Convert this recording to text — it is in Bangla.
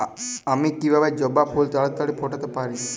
আমি কিভাবে জবা ফুল তাড়াতাড়ি ফোটাতে পারি?